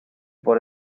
por